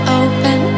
open